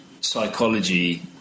psychology